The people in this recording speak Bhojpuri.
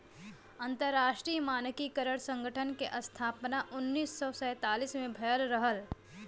अंतरराष्ट्रीय मानकीकरण संगठन क स्थापना उन्नीस सौ सैंतालीस में भयल रहल